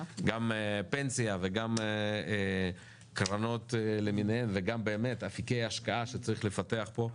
גם פנסיה וגם קרנות למיניהן וגם באמת אפיקי השקעה שצריך לפתח פה.